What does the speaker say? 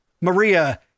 Maria